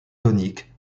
tonique